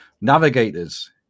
Navigators